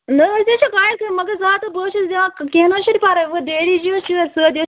نہ حظ تیٚے چھُ پےَ چھِ مگر زٕ ہَتھ حظ بہٕ حظ چھَس بیٛاکھ کینٛہہ نہٕ حظ چھُنہٕ پَرواے ڈیڈی جی حظ چھُ سۭتۍ اسہِ